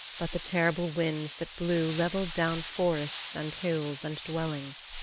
but the terrible winds that blew leveled down forests and hills and dwellings.